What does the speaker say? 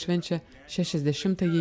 švenčia šešiasdešimtąjį